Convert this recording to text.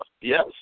Yes